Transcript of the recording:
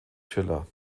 schiller